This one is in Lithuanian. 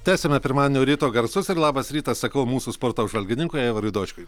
tęsiame pirmadienio ryto garsus ir labas rytas sakau mūsų sporto apžvalgininkui aivarui dočkui